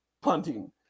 punting